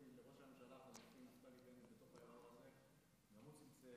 לא הודיתי לראש הממשלה החלופי נפתלי בנט בתוך האירוע הזה.